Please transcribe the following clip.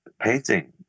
painting